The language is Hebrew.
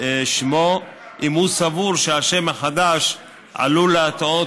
שמו אם הוא סבור שהשם החדש עלול להטעות